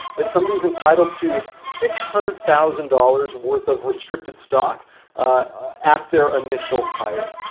that somebody is entitled to six hundred thousand dollars worth of restricted stock at their initial hire.